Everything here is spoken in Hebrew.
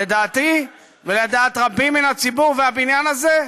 לדעתי ולדעת רבים מן הציבור והבניין הזה,